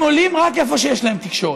הם עולים רק איפה שיש להם תקשורת.